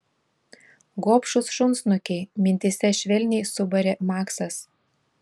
gobšūs šunsnukiai mintyse švelniai subarė maksas